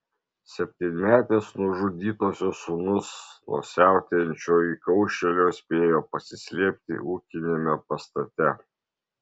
septynmetis nužudytosios sūnus nuo siautėjančio įkaušėlio spėjo pasislėpti ūkiniame pastate